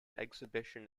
exhibition